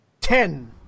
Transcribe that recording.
Ten